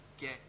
get